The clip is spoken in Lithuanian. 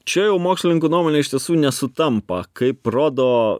čia jau mokslininkų nuomone iš tiesų nesutampa kaip rodo